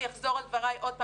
אני אחזור על דבריי עוד פעם,